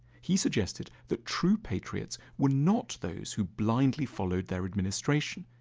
he suggested that true patriots were not those who blindly followed their administration.